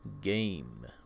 game